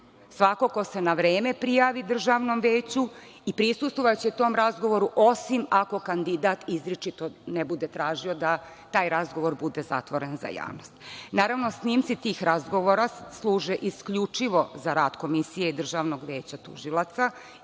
Svako ko se na vreme prijavi državnom veću prisustvovaće tom razgovoru, osim ako kandidat izričito ne bude tražio da taj razgovor bude zatvoren za javnost. Naravno, snimci tih razgovora služe isključivo za rad Komisije Državnog veća tužilaca